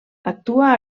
actua